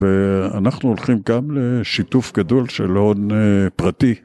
ואנחנו הולכים גם לשיתוף גדול של הון פרטי.